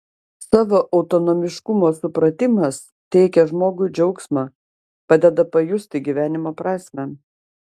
savo autonomiškumo supratimas teikia žmogui džiaugsmą padeda pajusti gyvenimo prasmę